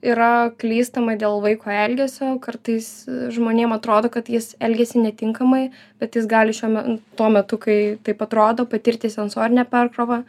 yra klystama dėl vaiko elgesio kartais žmonėm atrodo kad jis elgiasi netinkamai bet jis gali šiuo me tuo metu kai taip atrodo patirti sensorinę perkrovą